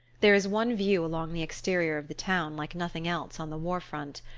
there is one view along the exterior of the town like nothing else on the warfront.